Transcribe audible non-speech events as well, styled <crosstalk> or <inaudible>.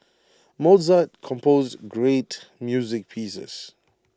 <noise> Mozart composed great music pieces